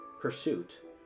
pursuit